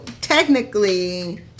technically